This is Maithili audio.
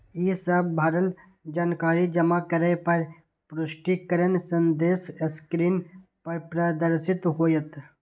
ई सब भरल जानकारी जमा करै पर पुष्टिकरण संदेश स्क्रीन पर प्रदर्शित होयत